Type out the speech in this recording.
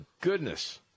goodness